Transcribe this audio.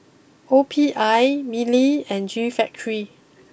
O P I Mili and G Factory